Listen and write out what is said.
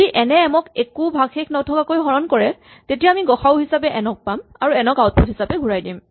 যদি এন এ এম ক একো ভাগশেষ নথকাকৈ হৰণ কৰে তেতিয়া আমি গ সা উ হিচাপে এন ক পাম আৰু এন ক আউটপুট হিচাপে ঘূৰাই দিম